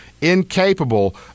incapable